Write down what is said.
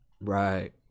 right